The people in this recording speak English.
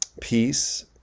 peace